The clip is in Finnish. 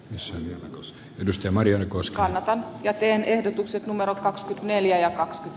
nissanin edustaja marion koska jätteen ehdotukset numerot neljä